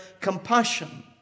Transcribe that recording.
compassion